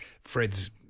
Fred's